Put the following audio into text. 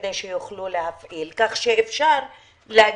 כדי שיוכלו להפעיל ואפשר יהיה להגיד,